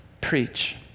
Preach